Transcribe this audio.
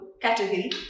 category